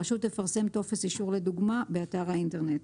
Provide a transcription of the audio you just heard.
הרשות תפרסם טופס אישור לדוגמה באתר האינטרנט.